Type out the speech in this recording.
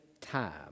time